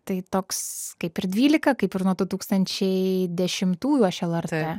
tai toks kaip ir dvylika kaip ir nuo du tūkstančiai dešimtų aš lrt